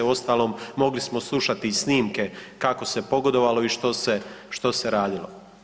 Uostalom mogli smo slušati i snimke kako se pogodovalo i što se radilo.